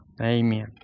Amen